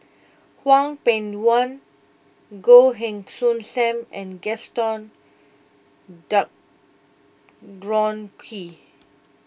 Hwang Peng Yuan Goh Heng Soon Sam and Gaston Dutronquoy